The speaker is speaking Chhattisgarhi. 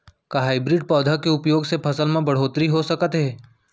का हाइब्रिड पौधा के उपयोग से फसल म बढ़होत्तरी हो सकत हे?